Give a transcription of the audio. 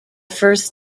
first